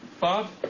Bob